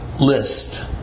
list